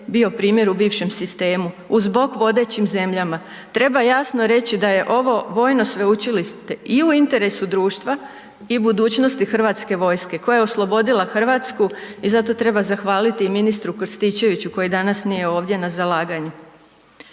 bio primjer u bivšem sistemu, uz bok vodećim zemljama. Treba jasno reći da je ovo vojno sveučilište i u interesu društva i budućnosti Hrvatske vojske koja je oslobodila Hrvatsku i za to treba zahvaliti i ministru Krstičeviću koji danas nije ovdje na zalaganju.